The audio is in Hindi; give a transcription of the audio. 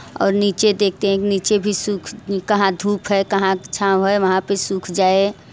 और नीचे देखते हैं नीचे भी सूख कहाँ धूप है कहाँ छाँव है वहाँ पर सूख जाए